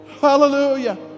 Hallelujah